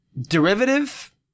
derivative